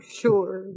sure